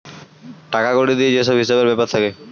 টাকা কড়ি দিয়ে যে সব হিসেবের ব্যাপার থাকে